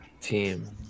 team